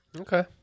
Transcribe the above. Okay